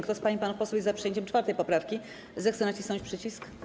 Kto z pań i panów posłów jest za przyjęciem 4. poprawki, zechce nacisnąć przycisk.